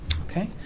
Okay